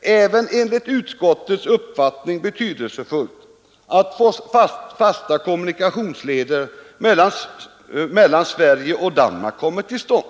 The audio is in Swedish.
även enligt utskottets uppfattning betydelsefullt att fasta kommunikationsleder mellan Sverige och Danmark kommer till stånd.